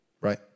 right